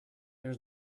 there